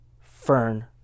Fern